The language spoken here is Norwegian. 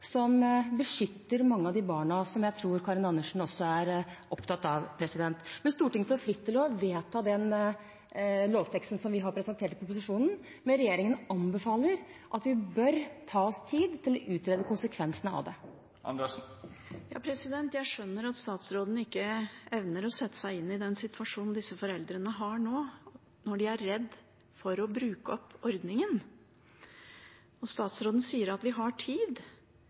som beskytter mange av de barna som jeg tror Karin Andersen også er opptatt av. Stortinget står fritt til å vedta den lovteksten vi har presentert i proposisjonen, men regjeringen anbefaler at vi tar oss tid til å utrede konsekvensene av det. Jeg skjønner at statsråden ikke evner å sette seg inn i den situasjonen disse foreldrene er i nå, når de er redde for å bruke opp ordningen. Statsråden sier at vi har tid,